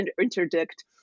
interdict